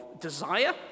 desire